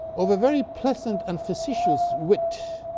of a very pleasant and facetious wit,